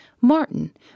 Martin